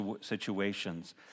situations